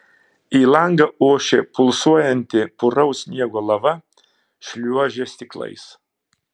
į langą ošė pulsuojanti puraus sniego lava šliuožė stiklais